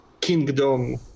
Kingdom